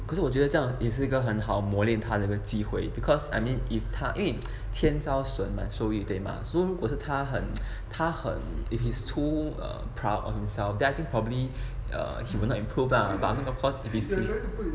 可是我觉得这样也是一个很好磨练他这个机会 because I mean if 他 天招神吗俗语对吗 so 如果是他很 他很 if he's too err proud of himself then I think probably err he would not improve lah but I mean of course if he's